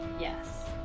Yes